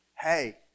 hey